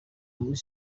kuri